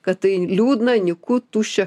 kad tai liūdna nyku tuščia